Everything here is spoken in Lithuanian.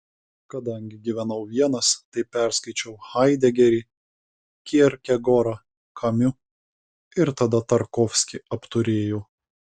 kadangi gyvenau vienas tai perskaičiau haidegerį kierkegorą kamiu ir tada tarkovskį apturėjau